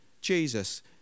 Jesus